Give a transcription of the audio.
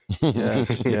Yes